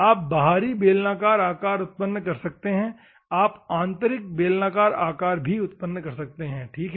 आप बाहरी बेलनाकार आकार उत्पन्न कर सकते हैं आप आंतरिक बेलनाकार आकार भी उत्पन्न कर सकते हैं ठीक है